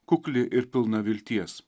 kukli ir pilna vilties